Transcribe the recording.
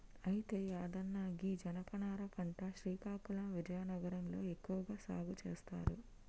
అయితే యాదన్న గీ జనపనార పంట శ్రీకాకుళం విజయనగరం లో ఎక్కువగా సాగు సేస్తారు